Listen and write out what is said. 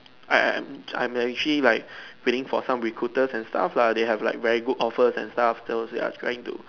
I I am I am actually like waiting for some recruiters and stuff lah they have like very good offers and stuff those they are trying to